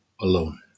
alone